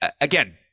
again